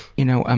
you know,